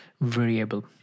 variable